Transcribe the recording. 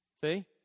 See